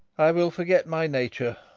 i will forget my nature.